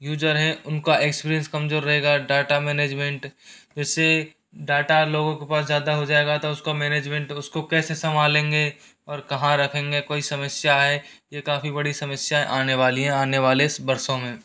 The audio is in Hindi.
यूजर हैं उनका एक्सपीरियंस कमजोर रहेगा डाटा मैनेजमेंट जैसे डाटा लोगों के पास ज़्यादा हो जाएगा तो उसको मैनेजमेंट उसको कैसे संभालेंगे और कहाँ रखेंगे कोई समस्या आए ये काफ़ी बड़ी समस्याएं आने वाली हैं आने वाले इस वर्षों में